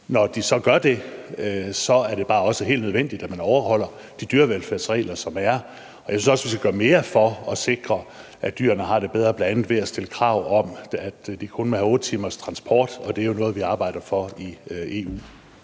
Når de så gør det, er det også bare helt nødvendigt, at man overholder de dyrevelfærdsregler, som der er. Jeg synes også, vi skal gøre mere for at sikre, at dyrene har det bedre, bl.a. ved at stille krav om, at de kun må have 8 timers transport, og det er jo noget, vi arbejder for i EU.